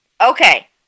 okay